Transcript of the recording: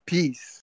Peace